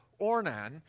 Ornan